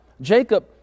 Jacob